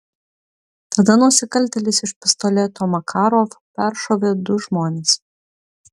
tada nusikaltėlis iš pistoleto makarov peršovė du žmones